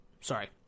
sorry